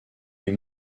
les